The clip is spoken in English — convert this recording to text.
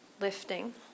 lifting